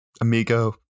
amigo